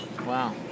Wow